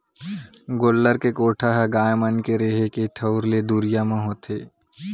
गोल्लर के कोठा ह गाय मन के रेहे के ठउर ले दुरिया म होथे